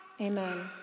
Amen